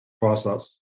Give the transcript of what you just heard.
process